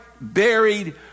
buried